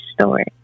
story